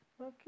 Okay